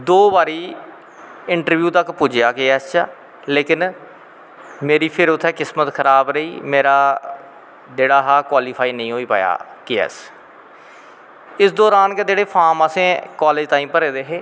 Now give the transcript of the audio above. दो बारीं इंट्रब्यू तक पुज्जेआ के ए ऐस च लेकिन फिर मेरी उत्थें किस्मत खराब रेही मेरा कवालीफाई नेंई होई पाया के ए ऐस इस दौरान असें फार्म कालेज तांई भरे दे हे